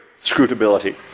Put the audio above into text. scrutability